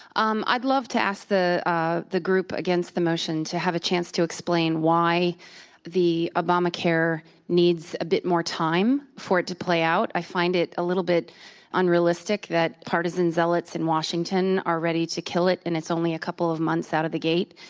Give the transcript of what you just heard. um i'd love to ask the group against the motion to have a chance to explain why the obamacare needs a bit more time for it to play out. i find it a little bit unrealistic that partisan zealots in washington are ready to kill it, and it's only a couple of months out of the gate,